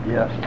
Yes